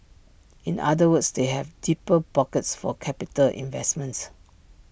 in other words they have deeper pockets for capital investments